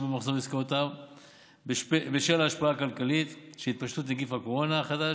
במחזור עסקאותיו בשל ההשפעה הכלכלית של התפשטות נגיף הקורונה החדש,